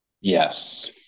yes